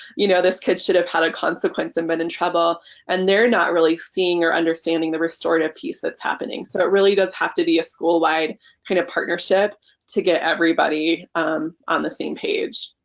you know this kid should have had a consequence and been in trouble and they're not really seeing or understanding the restorative piece that's happening so it really does have to be a school-wide kind of partnership to get everybody on the same page.